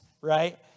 right